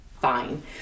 Fine